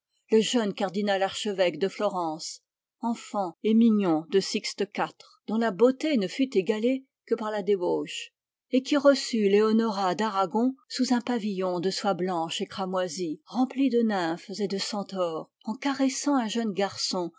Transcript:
le jeune cardinal archevêque de florence enfant et mignon de sixte iy dont la beauté ne fut égalée que par la débauche et qui reçut leonora d'aragon sous un pavillon de soie blanche et cramoisie rempli de nymphes et de centaures en caressant un jeune garçon